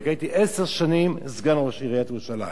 הייתי עשר שנים סגן ראש עיריית ירושלים.